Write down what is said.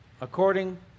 according